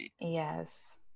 Yes